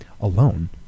alone